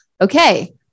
okay